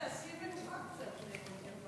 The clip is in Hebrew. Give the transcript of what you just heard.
בבקשה.